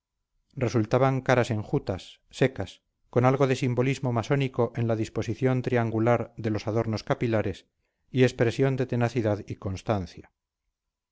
resultaban caras enjutas secas con algo de simbolismo masónico en la disposición triangular de los adornos capilares y expresión de tenacidad y constancia